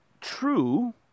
true